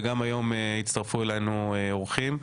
וגם היום יצטרפו אלינו אורחים,